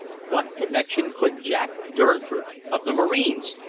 what connection could jack durnford, of the marines,